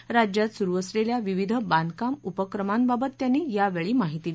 त्यांनी राज्यात सुरु असलेल्या विविध बांधकाम उपक्रमांबाबत त्यांनी यावेळी माहिती दिली